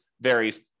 varies